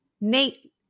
Nate